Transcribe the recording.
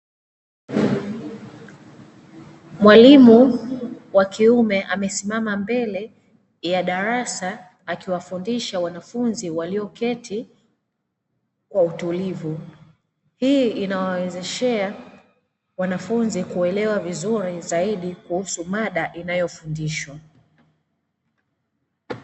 Mwalimu wa kiume, amesimama mbele ya darasa akiwafundisha wanafunzi walioketi kwa utulivu. Hii inawawezeshea wanafunzi kuelewa vizuri zaidi kuhusu mada inayofundishwa.